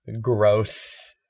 Gross